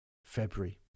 February